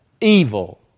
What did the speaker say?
evil